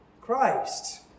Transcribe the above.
Christ